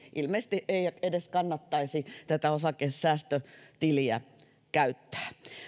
ilmeisesti ei edes kannattaisi tätä osakesäästötiliä käyttää